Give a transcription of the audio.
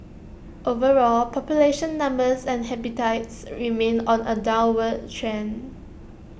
overall population numbers and habitats remain on A downward trend